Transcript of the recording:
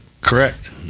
Correct